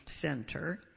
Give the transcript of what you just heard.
center